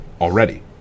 already